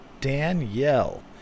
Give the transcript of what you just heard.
Danielle